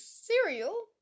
cereal